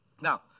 Now